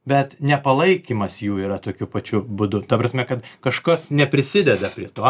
bet nepalaikymas jų yra tokiu pačiu būdu ta prasme kad kažkas neprisideda prie to